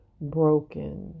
broken